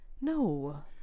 no